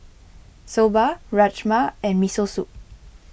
Soba Rajma and Miso Soup